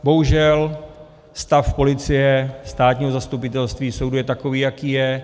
Bohužel stav policie, státního zastupitelství je takový, jaký je.